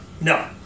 No